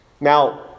Now